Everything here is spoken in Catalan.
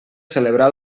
celebrar